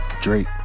Drake